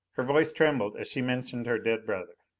her voice trembled as she mentioned her dead brother.